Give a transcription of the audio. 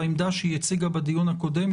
בעמדה שהיא הציגה בדיון הקודם,